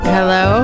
Hello